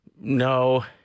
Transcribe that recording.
no